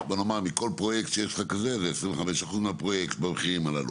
בוא נאמר מכל פרויקט שיש לך כזה זה 25% מהפרויקט במחירים הללו,